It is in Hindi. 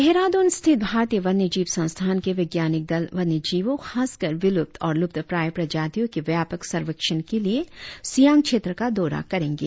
देहराद्रन स्थित भारतीय वन्यजीव संस्थान के वैज्ञानिक दल वन्यजीवों खासकर विलुप्त और लुप्त प्राय प्रजातियों के व्यापक सर्वेक्षण के लिए सियांग क्षेत्र का दौरा करेंगे